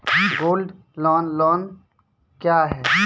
Gold loan loan क्या हैं?